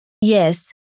Yes